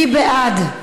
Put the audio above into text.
מי בעד?